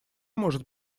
может